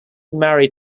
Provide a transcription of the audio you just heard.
married